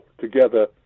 together